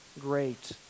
great